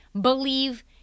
believe